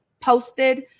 posted